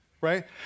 right